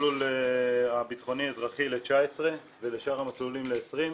למסלול הביטחוני-אזרחי ל-19 ולשאר המסלולים ל-20.